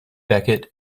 beckett